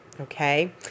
Okay